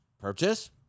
Purchase